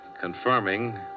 confirming